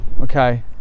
okay